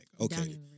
Okay